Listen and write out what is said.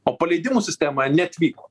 o paleidimų sistema neatvyko